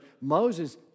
Moses